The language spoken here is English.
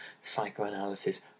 psychoanalysis